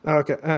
okay